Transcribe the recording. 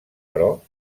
però